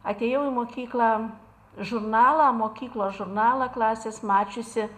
atėjau į mokyklą žurnalą mokyklos žurnalą klasės mačiusi